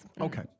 Okay